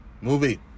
movie